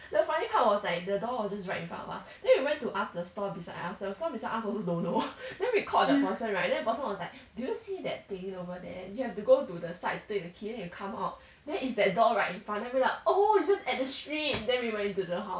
the funny part was like the door was just right in front of us then we went to ask the store beside us the store beside us also don't know then we called the person right then the person was like do you see that thing over there you have to go to the side to take the key and come out then it's that door right in front then we were like oh it's just at the street then we went into the house